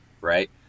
Right